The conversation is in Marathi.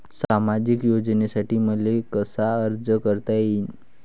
सामाजिक योजनेसाठी मले कसा अर्ज करता येईन?